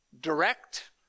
direct